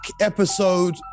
Episode